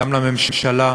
גם לממשלה,